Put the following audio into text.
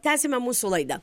tęsiame mūsų laidą